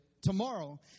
tomorrow